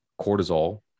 cortisol